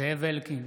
זאב אלקין,